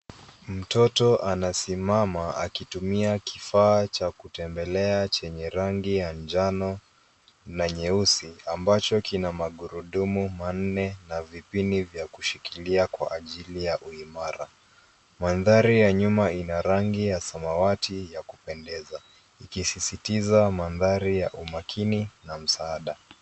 Mtoto anasimama akitumia kifaa cha kutembelea chenye rangi ya njano na nyeusi, ambacho kina magurudumu manne na vipini vya kushikilia kwa ajili ya uimara. Mandhari ya nyuma ina rangi ya samawati ya kupendeza, ikisisitiza mandhari ya umakini na msaada.